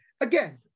again